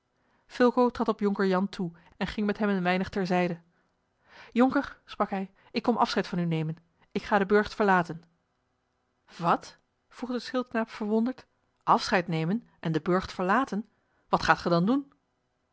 trad op jonker jan toe en ging met hem een weinig ter zijde jonker sprak hij ik kom afscheid van u nemen ik ga den burcht verlaten wat vroeg de schildknaap verwonderd afscheid nemen en den burcht verlaten wat gaat ge dan doen